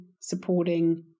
supporting